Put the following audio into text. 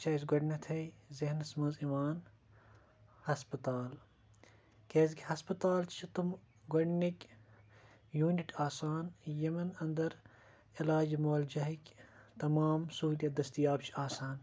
چھِ اَسہِ گۄڈنٮ۪تھٕے ذہنَس منٛز یِوان ہَسپَتال کیٛازِکہِ ہَسپَتال چھِ تِم گۄڈنِکۍ یوٗنِٹ آسان یِمَن اَنٛدَر علاج مولجِہٕکۍ تَمام سہوٗلیت دٔستِیاب چھِ آسان